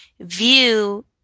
view